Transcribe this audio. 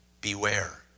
Beware